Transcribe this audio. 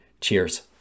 Cheers